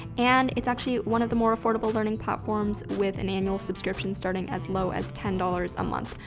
and it's actually one of the more affordable learning platforms with an annual subscription starting as low as ten dollars a month.